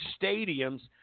stadiums